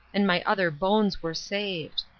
and my other bones were saved.